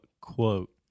quote